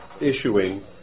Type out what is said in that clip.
issuing